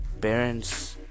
parents